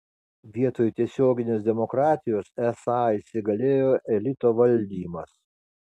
vietoj tiesioginės demokratijos esą įsigalėjo elito valdymas